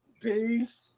peace